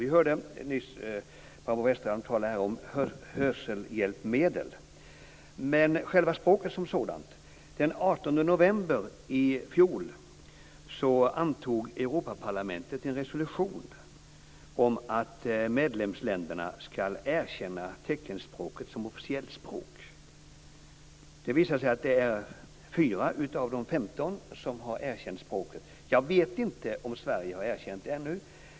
Vi hörde nyss Barbro Westerholm tala om hörselhjälpmedel. Den 18 november i fjol antog Europaparlamentet en resolution om att medlemsländerna skall erkänna teckenspråket som officiellt språk. Det visar sig att det är 4 av de 15 medlemsländerna som har erkänt teckenspråket som officiellt språk. Jag vet inte om Sverige har gjort det ännu.